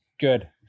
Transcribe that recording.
Good